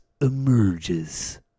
emerges